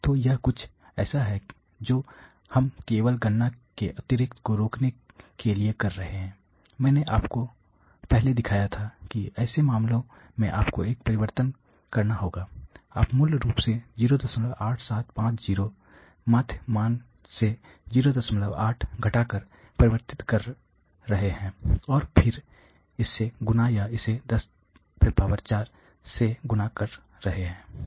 तो यह कुछ ऐसा है जो हम केवल गणना की अतिरेक को रोकने के लिए कर रहे हैं मैंने आपको पहले दिखाया था कि ऐसे मामलों में आपको एक परिवर्तन करना होगा आप मूल रूप से 08750 माध्य मान से 08000 घटाकर परिवर्तन कर रहे हैं और फिर इससे गुणा या इसे 104 से गुणा कर रहे है